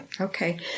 Okay